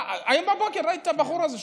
היום בבוקר ראיתי את הבחור הזה,